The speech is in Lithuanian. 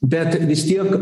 bet vis tiek